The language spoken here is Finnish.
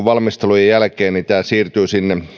valmistelujen jälkeen tämä siirtyy